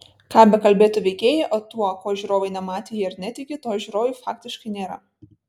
ką bekalbėtų veikėjai o tuo ko žiūrovai nematė jie ir netiki to žiūrovui faktiškai nėra